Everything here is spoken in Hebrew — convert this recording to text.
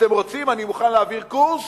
אתם רוצים, אני מוכן להעביר קורס